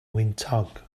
wyntog